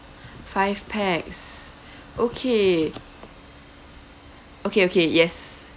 five pax okay okay okay yes